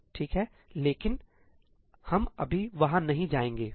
ठीक है लेकिन हम अभी वहां नहीं जाएंगे